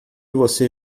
você